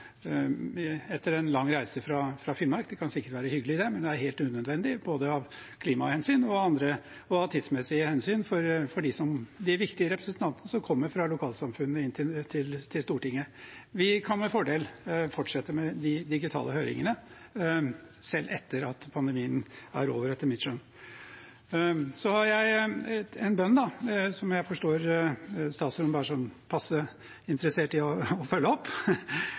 etter en lang reise fra Finnmark. Det kan sikkert være hyggelig det, men det er helt unødvendig både av klimahensyn og av tidsmessige hensyn for de viktige representantene som kommer fra lokalsamfunnene og inn til Stortinget. Vi kan med fordel fortsette med de digitale høringene selv etter at pandemien er over, etter mitt skjønn. Så har jeg en bønn, som jeg forstår at statsråden bare er sånn passe interessert i å følge opp,